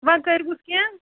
وۅنۍ کٔرۍہوٗس کیٚنٛہہ